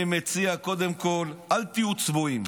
אני מציע שקודם כול לא תהיו צבועים.